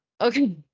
Okay